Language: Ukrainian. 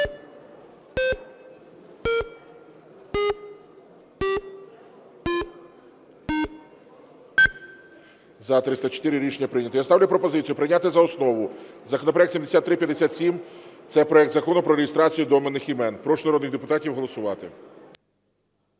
За-304 Рішення прийнято. Я ставлю пропозицію прийняти за основу законопроект 7357 - це проект Закону про реєстрацію доменних імен. Прошу народних депутатів голосувати.